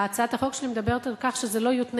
תנמק